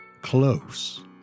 close